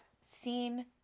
seen